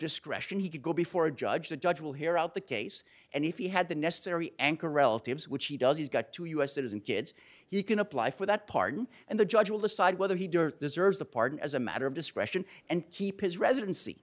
discretion he could go before a judge the judge will hear out the case and if he had the necessary anchor relatives which he does he's got two u s citizen kids he can apply for that pardon and the judge will decide whether he did or deserves the pardon as a matter of discretion and keep his residency